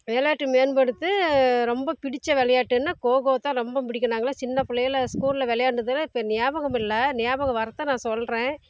விளையாட்டு மேம்படுது ரொம்ப பிடித்த விளையாட்டுன்னா கோ கோ தான் ரொம்ப பிடிக்கும் நாங்கள்லாம் சின்ன பிள்ளையில் ஸ்கூலில் விளையாண்டதுனா இப்போ நியாபகம் இல்லை நியாபகம் வர்றத நான் சொல்கிறேன்